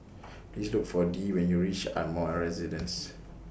Please Look For Dee when YOU REACH Ardmore A Residence